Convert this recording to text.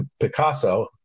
Picasso